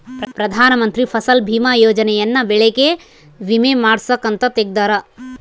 ಪ್ರಧಾನ ಮಂತ್ರಿ ಫಸಲ್ ಬಿಮಾ ಯೋಜನೆ ಯನ್ನ ಬೆಳೆಗೆ ವಿಮೆ ಮಾಡ್ಸಾಕ್ ಅಂತ ತೆಗ್ದಾರ